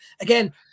Again